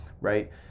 right